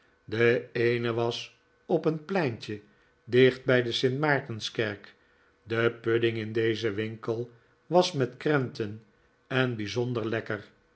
de eene was op een pleintje dicht bij de st maartenskerk de pudding in dezen winkel was met krenten en bijzonder lekker